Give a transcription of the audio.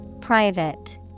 Private